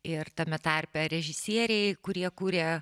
ir tame tarpe režisieriai kurie kuria